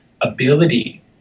ability